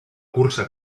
cursa